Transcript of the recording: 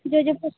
जो जो